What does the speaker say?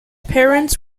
parents